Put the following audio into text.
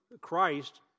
Christ